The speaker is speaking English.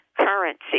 Currency